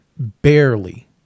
barely